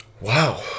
Wow